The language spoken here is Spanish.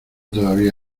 todavía